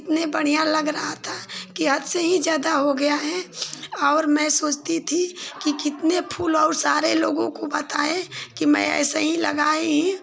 इतने बढ़िया लग रहा था कि हद से ही ज़्यादा हो गया है और मैं सोचती थी कितने फूल और सारे लोगों को बताए कि मैं एसे ही लगाई